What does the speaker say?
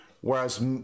whereas